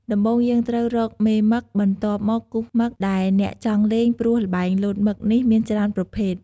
ដំំបូងយើងត្រូវរកមេមឹក បន្ទាប់មកគូសមឹក ដែលអ្នកចង់លេងព្រោះល្បែងលោតមឹកនេះមានច្រើនប្រភេទ។